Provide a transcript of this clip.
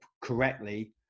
correctly